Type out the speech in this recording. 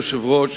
אדוני היושב-ראש,